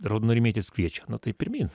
raudonarmietis kviečia nu tai pirmyn